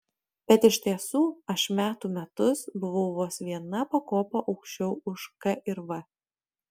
bet iš tiesų aš metų metus buvau vos viena pakopa aukščiau už k ir v